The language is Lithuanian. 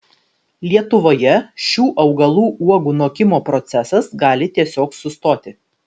lietuvoje šių augalų uogų nokimo procesas gali tiesiog sustoti